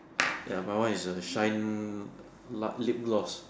ya my one is a shine la~ lip gloss